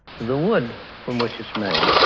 the wood, from which it's made,